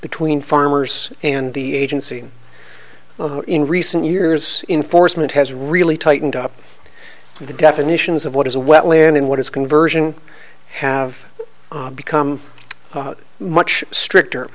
between farmers and the agency in recent years in foresman has really tightened up the definitions of what is a wetland and what is conversion have become much stricter